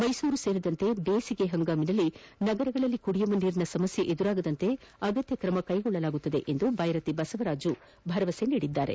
ಮೈಸೂರು ಸೇರಿದಂತೆ ಬೇಸಿಗೆಯಲ್ಲಿ ನಗರಗಳಲ್ಲಿ ಕುಡಿಯುವ ನೀರಿನ ಸಮಸ್ಯೆ ಉಂಟಾಗದಂತೆ ಅಗತ್ಯ ಕ್ರಮ ಕೈಗೊಳ್ಳುವುದಾಗಿ ಬೈರತಿ ಬಸವರಾಜು ಭರವಸೆ ನೀಡಿದರು